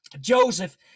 Joseph